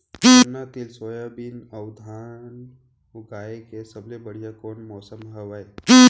गन्ना, तिल, सोयाबीन अऊ धान उगाए के सबले बढ़िया कोन मौसम हवये?